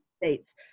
States